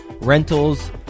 rentals